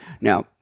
Now